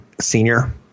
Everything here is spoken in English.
senior